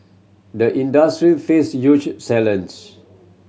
the industry face huge